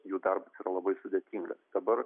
jų darbas yra labai sudėtingas dabar